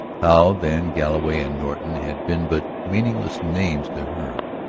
how then galloway and norton had been but meaningless names to her,